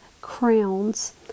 crowns